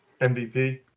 MVP